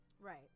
Right